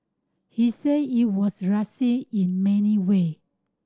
he said it was racist in many way